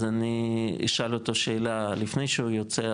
אז אני אשאל אותו שאלה לפני שהוא יוצא,